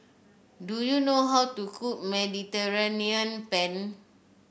do you know how to cook Mediterranean Penne